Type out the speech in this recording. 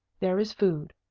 there is food.